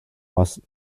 must